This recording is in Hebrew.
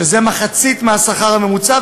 שזה מחצית מהשכר הממוצע,